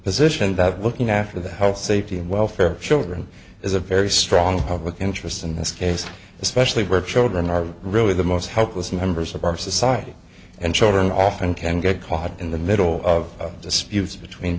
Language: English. position that looking after the health safety and welfare of children is a very strong public interest in this case especially where children are really the most helpless members of our society and children often can get caught in the middle of disputes between